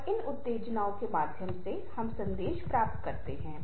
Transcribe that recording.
और इन उत्तेजनाओं के माध्यम से हम संदेश प्राप्त कर रहे हैं